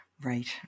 Right